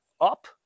up